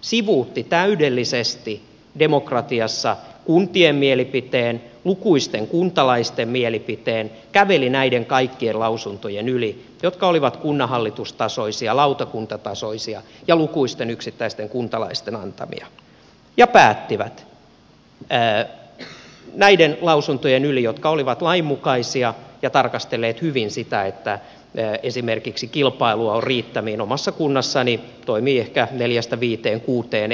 sivuutti täydellisesti demokratiassa kuntien mielipiteen lukuisten kuntalaisten mielipiteen käveli näiden kaikkien lausuntojen yli jotka olivat kunnanhallitustasoisia lautakuntatasoisia ja lukuisten yksittäisten kuntalaisten antamia ja päätti näiden lausuntojen yli jotka olivat lainmukaisia ja tarkastelleet hyvin sitä että esimerkiksi kilpailua on riittämiin omassa kunnassani toimii ehkä neljästä viiteen kuuteen